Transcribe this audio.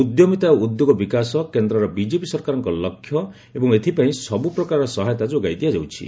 ଉଦ୍ୟମିତା ଓ ଉଦ୍ୟୋଗ ବିକାଶ କେନ୍ଦ୍ରର ବିଜେପି ସରକାରଙ୍କ ଲକ୍ଷ୍ୟ ଏବଂ ଏଥିପାଇଁ ସବୁ ପ୍ରକାରର ସହାୟତା ଯୋଗାଇ ଦିଆଯାଉଛି